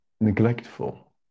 neglectful